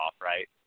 right